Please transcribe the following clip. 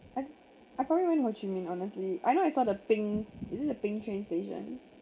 I I probably went to ho chi minh honestly I know I saw the pink is it the pink train station